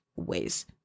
ways